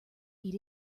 eat